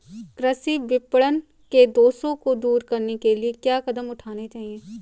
कृषि विपणन के दोषों को दूर करने के लिए क्या कदम उठाने चाहिए?